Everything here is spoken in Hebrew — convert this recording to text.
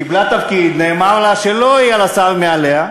קיבלה תפקיד, נאמר לה שלא יהיה לה שר מעליה,